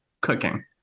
cooking